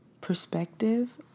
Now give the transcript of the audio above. perspective